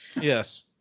Yes